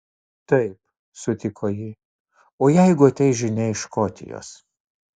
taip sutiko ji o jeigu ateis žinia iš škotijos